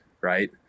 right